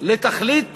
לתכלית